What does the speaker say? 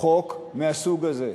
חוק מהסוג הזה.